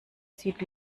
sieht